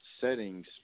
settings